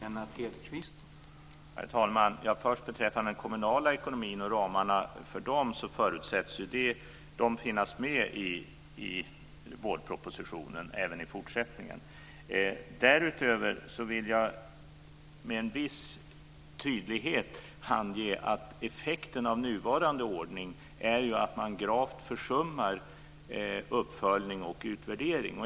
Herr talman! När det först gäller den kommunala ekonomin och ramarna för den förutsätts de finnas med i vårpropositionen även i fortsättningen. Därutöver vill jag med en viss tydlighet ange att effekten av nuvarande ordning är att man gravt försummar uppföljning och utvärdering.